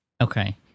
Okay